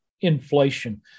inflation